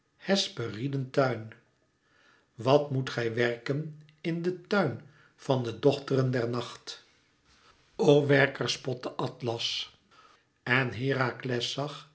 hesperiden tuin wàt moet gij werken in den tuin van de dochteren der nacht o werker spotte atlas en herakles